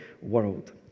world